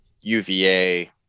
UVA